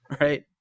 right